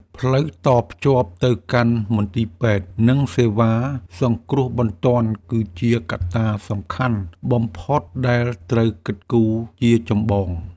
ផ្លូវតភ្ជាប់ទៅកាន់មន្ទីរពេទ្យនិងសេវាសង្គ្រោះបន្ទាន់គឺជាកត្តាសំខាន់បំផុតដែលត្រូវគិតគូរជាចម្បង។